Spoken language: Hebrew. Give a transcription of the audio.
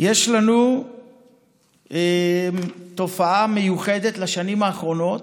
יש לנו תופעה מיוחדת בשנים האחרונות,